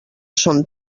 son